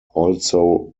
also